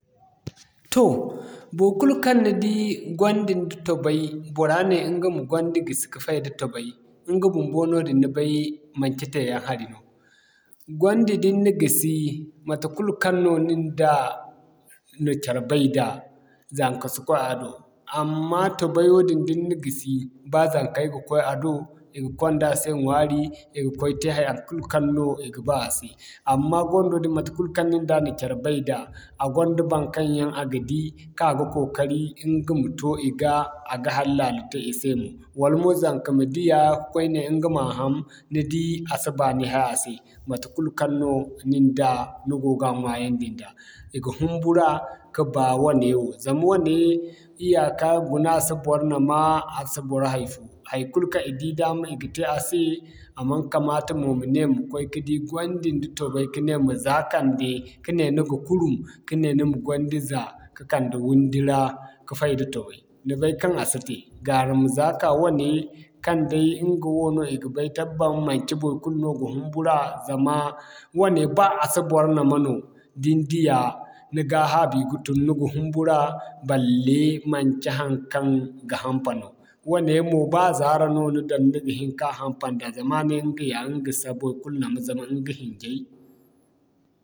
Toh bor kulu kaŋ ni di gwandi nda tobay, bora ne ɲga ma gwandi gisi ka fayda tobay, ɲga bumbo ni bay noodin manci tee yaŋ hari no. Gwandi da ni na gisi, matekul kaŋ no nin nda na care bay da, zaŋka si koy a do. Amma tobay woodin da ni na gisi baa zaŋkay ga koy a do, i ga kwanda se ɲwaari, i ga koy te haya kulu kaŋ no i ga ba a se. Amma ɲga ma to i ga, a ga hari laalo te i se mo. Wala mo zaŋka ma diya, ka'koy ne ɲga ma ham ni di, a si baani bay a se matekul kaŋ no nin da, ni go ga ɲwaayandin da i ga humbura ka ba wane wo zama wane iyaka guna a si bor nama a si bor hay'fo. Haikulu kaŋ i di daama i ga te a se, a man kamata mo ma ne ma koy ka di gwandi nda tobay ka ne ma za kande ka ne ni ga kuru kane ni ma gwandi za ka'kande wundi ra ka fayda tobay. Ni bay kaŋ a si te gaara ma za'ka wane kaŋ day ɲgawo no i ga bay tabbat manci baikulu no ga humbura zama wane ba a si bor nama no da ni diya ni ga haabiya ga tun ni ga humbura, balle manci haŋkaŋ ga hampa no. Wane mo ba zaara no ni daŋ ni ga hin ka hampa nda zama a ne ɲga yaa ɲga si baikulu nama zama ɲga hinjey.